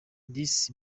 this